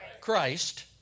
Christ